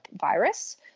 virus